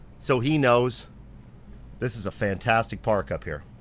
so he knows this is a fantastic park up here.